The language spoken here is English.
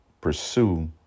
pursue